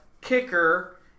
kicker